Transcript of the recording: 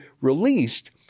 released